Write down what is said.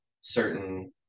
certain